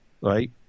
right